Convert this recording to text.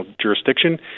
jurisdiction